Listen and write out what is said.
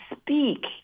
speak